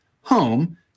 home